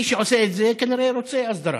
מי שעושה את זה כנראה רוצה הסדרה.